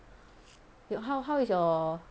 how how is your